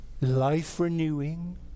Life-renewing